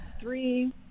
three